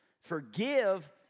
Forgive